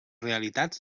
realitats